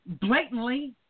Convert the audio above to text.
blatantly